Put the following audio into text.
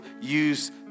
use